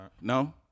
No